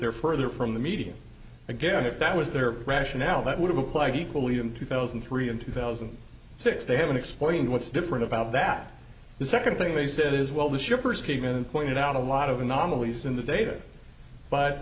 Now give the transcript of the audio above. they are further from the median again if that was their rationale that would have applied equally in two thousand and three and two thousand and six they haven't explained what's different about that the second thing they said is well the shippers cave in and pointed out a lot of anomalies in the data but